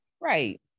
Right